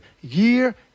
year